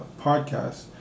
podcast